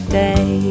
day